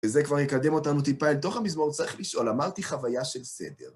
וזה כבר יקדם אותנו טיפה אל תוך המזמור, צריך לשאול, אמרתי חוויה של סדר.